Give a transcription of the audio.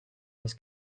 his